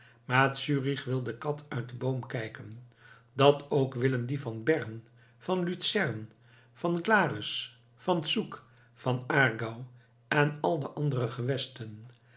maar zürich wil de kat uit den boom kijken dat ook willen die van bern van lucern van glarus van zug van aargau en al de andere gewesten